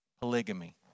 Polygamy